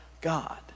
God